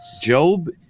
Job